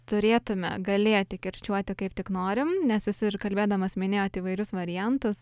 turėtume galėti kirčiuoti kaip tik norim nes jūs ir kalbėdamas minėjot įvairius variantus